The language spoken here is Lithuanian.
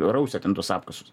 rausia ten tuos apkasus